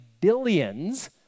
billions